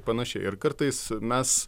panašiai ir kartais mes